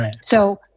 So-